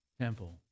temple